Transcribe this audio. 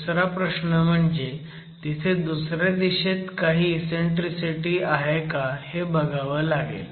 दुसरा प्रश्न म्हणजे तिथे दुसऱ्या दिशेत काही इसेन्ट्रीसिटी आहे का हे बघावं लागेल